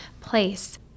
place